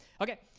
Okay